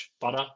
butter